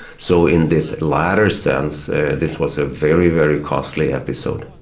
so in this latter sense ah this was a very, very costly episode.